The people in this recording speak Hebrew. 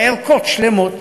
ערכות שלמות